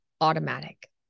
automatic